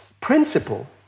principle